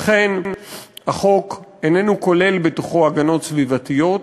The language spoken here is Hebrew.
ולכן החוק איננו כולל הגנות סביבתיות.